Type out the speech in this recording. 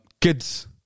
kids